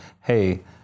hey